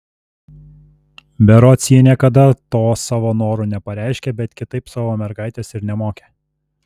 berods ji niekada to savo noro nepareiškė bet kitaip savo mergaitės ir nemokė